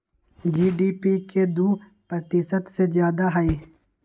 GDP के दु प्रतिशत से जादा हई